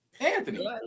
Anthony